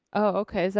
oh okay, so